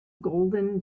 golden